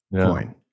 coin